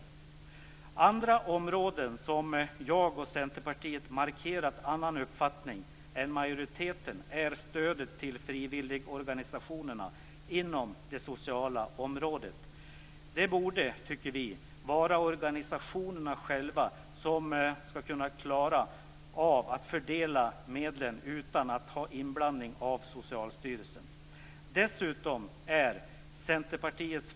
Ett annat område där jag och Centerpartiet har markerat annan uppfattning än majoriteten är stödet till frivilligorganisationerna inom det sociala området. Det borde vara organisationerna själva som skall klara av att förmedla medlen utan inblandning av Socialstyrelsen.